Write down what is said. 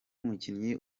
mukinnyi